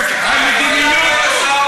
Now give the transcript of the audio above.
הבעיה?